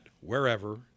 wherever